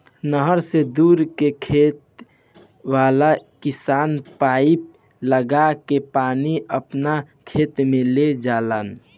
नहर से दूर के खेत वाला किसान पाइप लागा के पानी आपना खेत में ले जालन